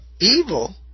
evil